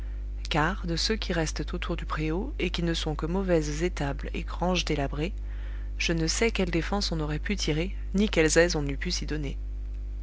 car de ceux qui restent autour du préau et qui ne sont que mauvaises étables et granges délabrées je ne sais quelle défense on aurait pu tirer ni quelles aises on eût pu s'y donner